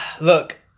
Look